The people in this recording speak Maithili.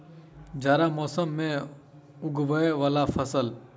जाड़ा मौसम मे उगवय वला फसल?